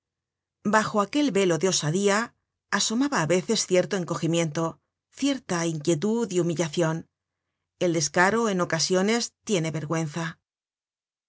bajo aquel velo de osadía asomaba á veces cierto encogimiento cierta inquietud y humillacion el descaro en ocasiones tiene vergüenza